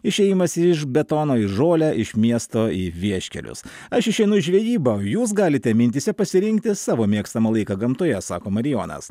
išėjimas iš betono į žolę iš miesto į vieškelius aš išeinu į žvejybą o jūs galite mintyse pasirinkti savo mėgstamą laiką gamtoje sako marijonas